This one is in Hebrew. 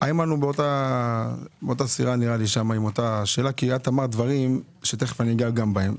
באותה סירה, כי את אמרת דברים שאגע גם בהם.